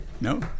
no